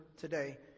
today